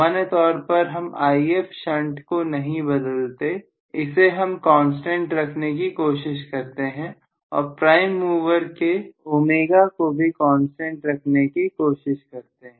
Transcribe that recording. सामान्य तौर पर हम If शंट को नहीं बदलते से हम कांस्टेंट रखने की कोशिश करते हैं और प्राइम मूवर के उम्मीदों को भी कांस्टेंट रखने की कोशिश करते हैं